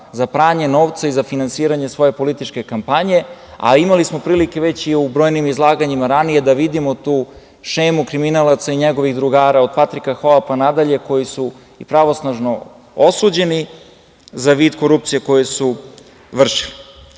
za pranje novca i za finansiranje svoje političke kampanje. Imali smo prilike u brojnim izlaganjima ranije da vidimo tu šemu kriminalaca i njegovih drugara, od Patrika Hoa, pa nadalje, koji su i pravosnažno osuđeni za vid korupcije koju su vršili. Ono